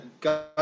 God